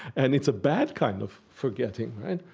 and it's a bad kind of forgetting, right?